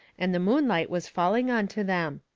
and the moonlight was falling onto them.